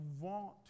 want